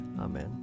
Amen